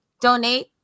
donate